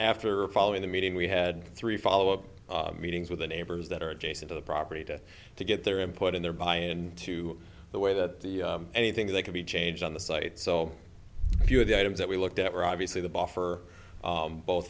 after following the meeting we had three follow up meetings with the neighbors that are adjacent to the property to to get their input in their buy in to the way that the anything that they could be changed on the site so few of the items that we looked at were obviously the buffer both